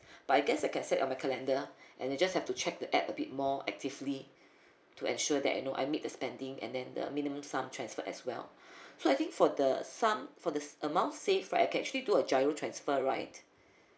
but I guess I can set on my calendar and then just have to check the app a bit more actively to ensure that you know I make the spending and then the minimum sum transferred as well so I think for the sum for the amount saved right I can actually do a GIRO transfer right